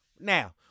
Now